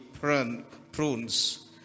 prunes